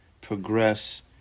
progress